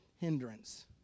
hindrance